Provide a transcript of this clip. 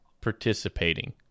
participating